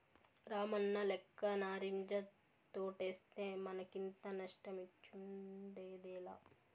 రామన్నలెక్క నారింజ తోటేస్తే మనకింత నష్టమొచ్చుండేదేలా